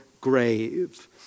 grave